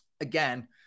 again